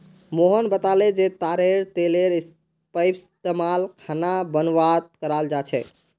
मोहन बताले जे तारेर तेलेर पइस्तमाल खाना बनव्वात कराल जा छेक